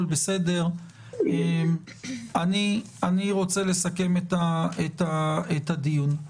אני רוצה לסכם את הדיון.